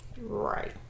Right